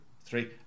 three